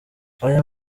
aya